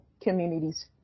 communities